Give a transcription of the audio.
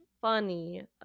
funny